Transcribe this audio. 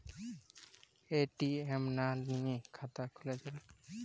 ATM না নিয়ে খাতা খোলা যাবে?